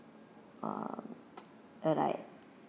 um uh like